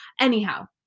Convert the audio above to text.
Anyhow